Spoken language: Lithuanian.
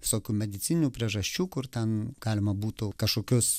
visokių medicininių priežasčių kur ten galima būtų kažkokius